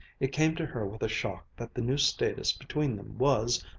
it came to her with a shock that the new status between them was,